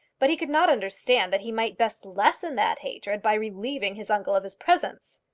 but he could not understand that he might best lessen that hatred by relieving his uncle of his presence.